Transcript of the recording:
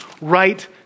right